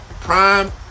Prime